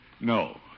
No